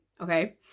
okay